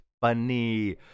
funny